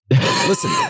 listen